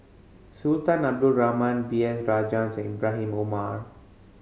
Sultan Abdul Rahman B S Rajhans Ibrahim Omar